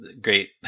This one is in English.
great